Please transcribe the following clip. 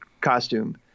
costume